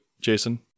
Jason